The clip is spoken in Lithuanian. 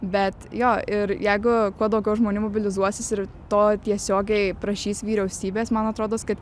bet jo ir jeigu kuo daugiau žmonių mobilizuosis ir to tiesiogiai prašys vyriausybės man atrodos kad